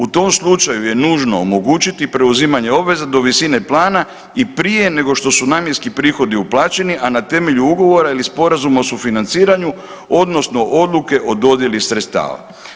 U tom slučaju je nužno omogućiti preuzimanje obveza do visine plana i prije nego što su namjenski prihodi uplaćeni, a na temelju ugovora ili sporazuma o sufinanciranju odnosno odluke o dodjeli sredstva.